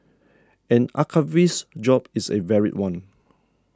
an archivist's job is a varied one